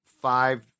five